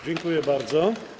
Dziękuję bardzo.